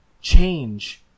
Change